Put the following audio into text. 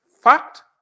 fact